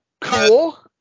cool